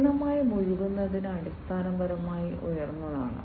പൂർണ്ണമായി മുഴുകുന്നത് അടിസ്ഥാനപരമായി ഉയർന്നതാണ്